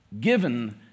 given